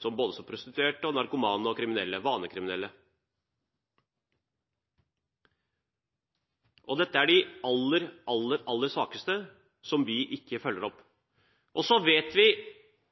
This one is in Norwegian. som både prostituerte, narkomane og vanekriminelle. Dette er de aller, aller, aller svakeste, som vi ikke følger opp.